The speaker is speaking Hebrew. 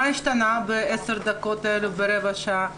מה השתנה בעשר הדקות האלה או ברבע שעה הזאת?